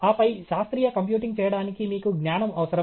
ఆపై శాస్త్రీయ కంప్యూటింగ్ చేయడానికి మీకు జ్ఞానం అవసరం